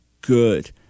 good